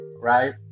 right